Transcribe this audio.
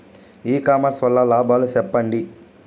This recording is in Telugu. ఇ కామర్స్ వల్ల లాభాలు సెప్పండి?